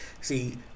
See